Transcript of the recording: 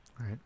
right